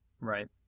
Right